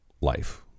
life